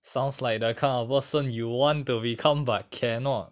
sounds like the kind of person you want to become but cannot